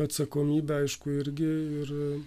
atsakomybe aišku irgi ir